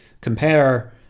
compare